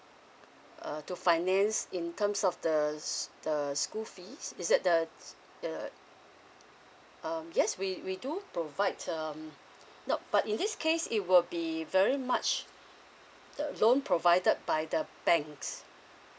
uh to finance in terms of the the school fees is that the the um yes we we do provide um nope but in this case it will be very much the loan provided by the banks